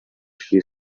she